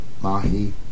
mahi